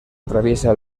atraviesa